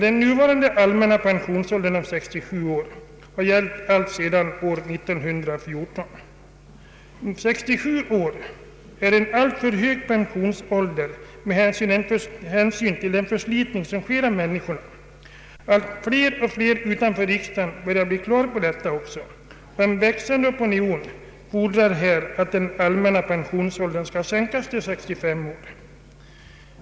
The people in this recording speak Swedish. Den nuvarande allmänna pensionsåldern på 67 år har gällt allt sedan år 1914. Det är en alltför hög pensionsålder med hänsyn till den förslitning som sker på många människor. Allt fler människor utanför riksdagen börjar också inse det. En växande opinion fordrar att den allmänna pensionsåldern skall sänkas till 65 år.